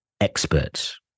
experts